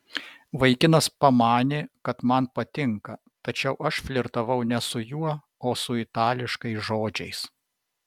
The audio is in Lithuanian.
vaikinas pamanė kad man patinka tačiau aš flirtavau ne su juo o su itališkais žodžiais